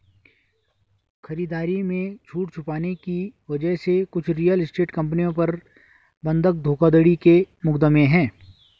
खरीदारी में छूट छुपाने की वजह से कुछ रियल एस्टेट कंपनियों पर बंधक धोखाधड़ी के मुकदमे हैं